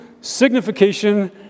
signification